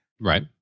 Right